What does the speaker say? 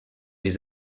des